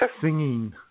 singing